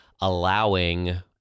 allowing